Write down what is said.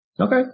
Okay